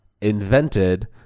invented